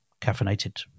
caffeinated